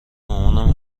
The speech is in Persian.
مامان